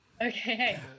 Okay